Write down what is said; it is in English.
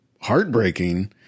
heartbreaking